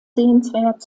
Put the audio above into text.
sehenswert